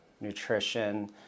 nutrition